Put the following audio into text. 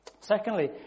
Secondly